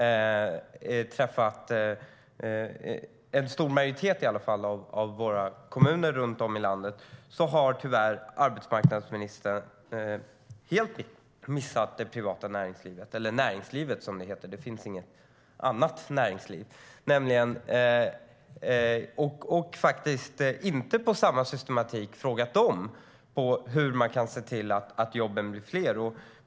Hon har träffat i alla fall en stor majoritet av våra kommuner runt om i landet. Arbetsmarknadsministern har dock tyvärr helt missat det privata näringslivet - eller näringslivet, som det heter. Det finns inget annat näringsliv. Hon har inte med samma systematik frågat dem hur man kan se till att jobben blir fler.